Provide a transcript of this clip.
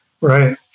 right